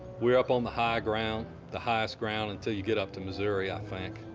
we're up on the high ground, the highest ground until you get up to missouri, i think.